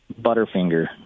butterfinger